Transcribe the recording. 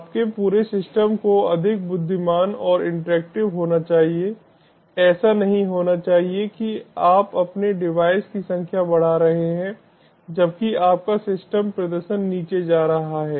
आपके पूरे सिस्टम को अधिक बुद्धिमान और इंटरैक्टिव होना चाहिए ऐसा नहीं होना चाहिए कि आप अपने डिवाइस की संख्या बढ़ा रहे हैं जबकि आपका सिस्टम प्रदर्शन नीचे जा रहा है